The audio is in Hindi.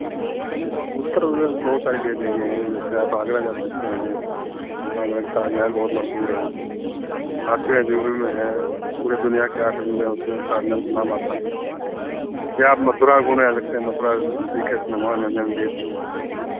उत्तर प्रदेश में बहुत सारी भैया जगह हैं जैसे आप आगरा जा सकते हैं आगरा के ताज़महल बहुत मशहूर हैं आठवें अजूबे में है पूरे दुनियाँ के आठ अजूबे हैं उसमें ताज़महल का नाम आता है या आप मथुरा घूमने जा सकते हैं मथुरा श्री कृष्ण भगवान का जन्म दिवस